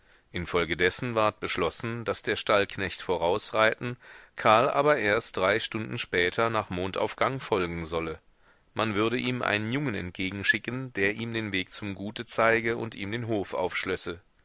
infolgedessen ward beschlossen daß der stallknecht vorausreiten karl aber erst drei stunden später nach mondaufgang folgen solle man würde ihm einen jungen entgegenschicken der ihm den weg zum gute zeige und ihm den hof